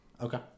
Okay